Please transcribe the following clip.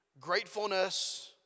gratefulness